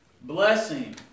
blessing